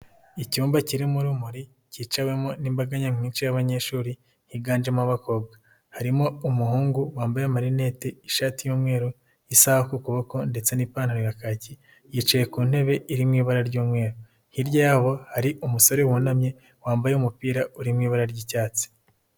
Icyumba kirimo urumuri kicawemo n'imbaga nyamwinshi y'abanyeshuri biganjemo abakobwa, harimo umuhungu wambaye amarinete, ishati y'umweru, isaha ku kuboko ndetse n'ipantaro ya kaki, yicaye ku ntebe iri mu ibara ry'umweru, hirya yabo hari umusore wunamye wambaye umupira uri mu ibara ry'icyatsi.